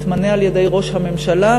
מתמנה על-ידי ראש הממשלה,